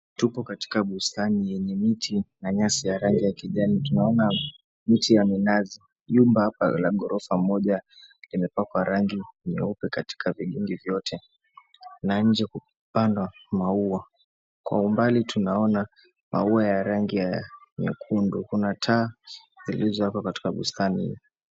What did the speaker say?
Tupo katika bustani yenye miti na nyasi ya rangi ya kijani. Tunaona miti ya minazi jumba hapa la ghorofa moja limepakwa rangi nyeupe katika vikingi vyote na nje kukipandwa maua. Kwa umbali tunaona mau ya rangi ya nyekundu kuna taa zilizowekwa katika bustani hii.